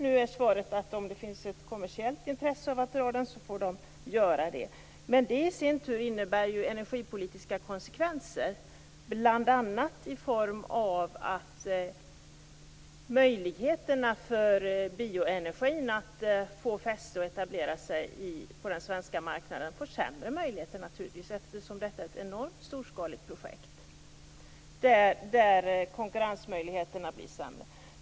Nu är svaret att om det finns ett kommersiellt intresse av att dra den genom Sverige så får man göra det. Men det i sin tur innebär ju energipolitiska konsekvenser, bl.a. i form av att möjligheterna för bioenergin att få fäste och etablera sig på den svenska marknaden blir sämre. Detta är ett enormt storskaligt projekt som gör att konkurrensmöjligheterna blir sämre.